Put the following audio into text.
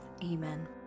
Amen